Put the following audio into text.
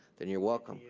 then you're welcome,